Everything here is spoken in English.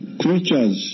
creatures